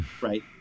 right